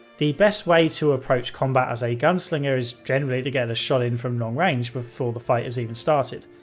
the best way to approach combat as a gunslinger is generally to get a shot in from long range before the fight has even started.